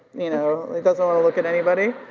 you know, like, doesn't want to look at anybody.